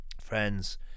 Friends